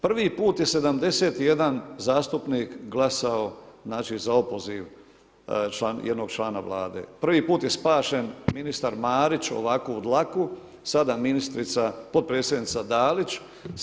Prvi put je 71 zastupnik glasao za opoziv jednog člana Vlade, prvi put je spašen ministar Marić ovako u dlaku, sada ministrica potpredsjednica Dalić.